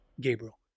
Gabriel